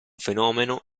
fenomeno